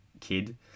kid